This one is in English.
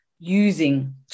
using